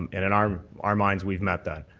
um and and our our minds we've met that.